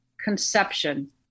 conception